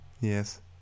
Yes